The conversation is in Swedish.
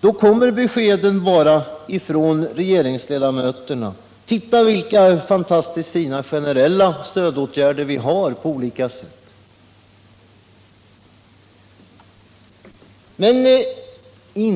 då lyder beskedet från regeringsledamöterna: Titta, vilka fantastiskt fina generella stödåtgärder vi på olika sätt har satt in!